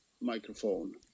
microphone